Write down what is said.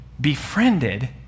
befriended